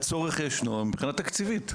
הצורך ישנו, מבחינה תקציבית.